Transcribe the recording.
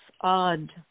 odd